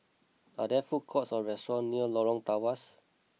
are there food courts or restaurant near Lorong Tawas